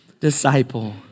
disciple